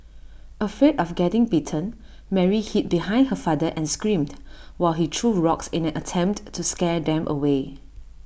afraid of getting bitten Mary hid behind her father and screamed while he threw rocks in an attempt to scare them away